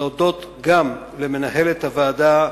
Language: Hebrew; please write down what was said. להודות גם למנהלת הוועדה,